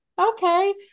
okay